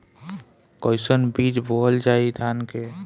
कईसन बीज बोअल जाई धान के?